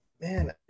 Man